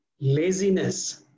laziness